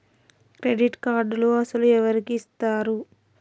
Credit కార్డులు అసలు ఎవరికి ఇస్తారు?